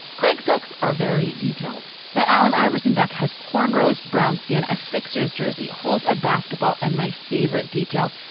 craig ducks are very detailed that allen iverson duck has cornrows, brown skin, a sixers jersey, hold a basketball and my favorite detail,